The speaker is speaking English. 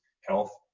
health